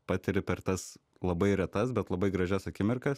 patiri per tas labai retas bet labai gražias akimirkas